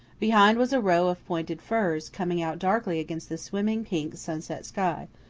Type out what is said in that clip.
behind was a row of pointed firs, coming out darkly against the swimming pink sunset sky,